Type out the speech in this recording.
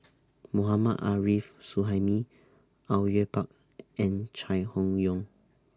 Mohammad Arif Suhaimi Au Yue Pak and Chai Hon Yoong